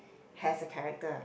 has a character